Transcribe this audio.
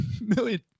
million